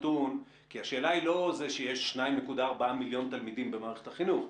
השאלה היא לא זה שיש 2.4 מיליון תלמידים במערכת החינוך,